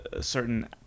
certain